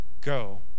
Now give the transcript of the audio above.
Go